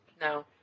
No